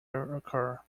occur